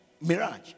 Mirage